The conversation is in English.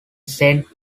saint